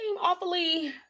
awfully